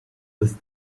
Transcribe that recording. des